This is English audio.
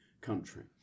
country